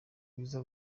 rwiza